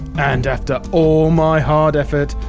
and after all my hard effort,